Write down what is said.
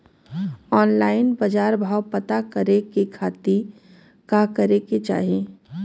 Online बाजार भाव पता करे के खाती का करे के चाही?